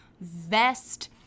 vest